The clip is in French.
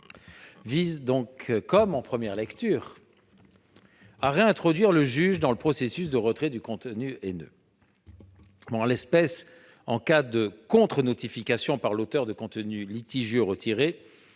vise, comme en première lecture, à réintroduire le juge dans le processus de retrait du contenu haineux. En l'espèce, en cas de contre-notification par l'auteur de contenus litigieux retirés,